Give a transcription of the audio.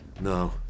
No